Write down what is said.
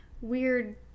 weird